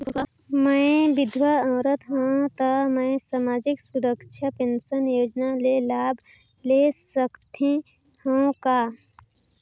मैं विधवा औरत हवं त मै समाजिक सुरक्षा पेंशन योजना ले लाभ ले सकथे हव का?